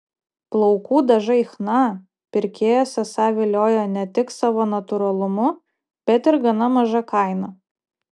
plaukų dažai chna pirkėjas esą viliojo ne tik savo natūralumu bet ir gana maža kaina